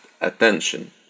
attention